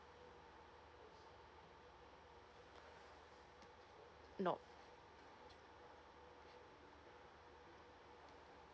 no